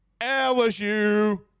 LSU